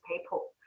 people